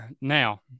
Now